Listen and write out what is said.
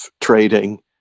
trading